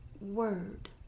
word